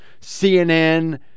CNN